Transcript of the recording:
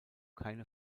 keine